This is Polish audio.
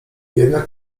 jednak